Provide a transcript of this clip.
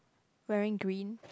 wearing green